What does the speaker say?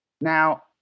Now